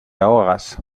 ahogas